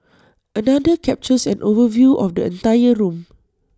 another captures an overview of the entire room